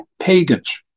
pagans